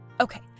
Okay